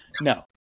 No